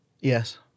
Yes